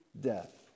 death